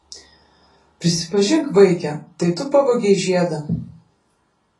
prisipažink vaike tai tu pavogei žiedą